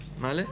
שנים.